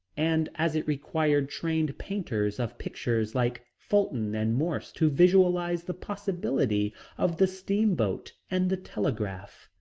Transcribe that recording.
and as it required trained painters of pictures like fulton and morse to visualize the possibility of the steamboat and the telegraph,